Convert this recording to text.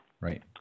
Right